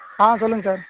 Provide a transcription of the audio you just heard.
ஆ சொல்லுங்கள் சார்